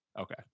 Okay